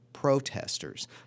protesters